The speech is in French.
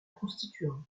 constituante